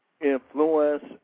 influence